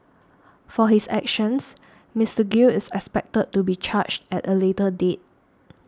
for his actions Mister Gill is expected to be charged at a later date